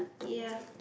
ya